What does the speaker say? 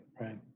right